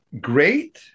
great